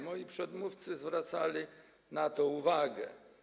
Moi przedmówcy zwracali na to uwagę.